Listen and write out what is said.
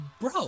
bro